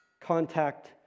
contact